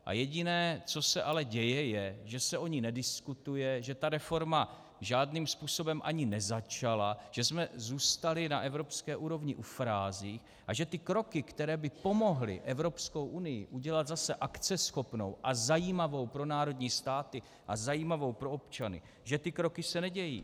Ale jediné, co se děje, je, že se o ní nediskutuje, že ta reforma žádným způsobem ani nezačala, že jsme zůstali na evropské úrovni u frází a že ty kroky, které by pomohly Evropskou unii udělat zase akceschopnou a zajímavou pro národní státy a pro občany, ty kroky se nedějí.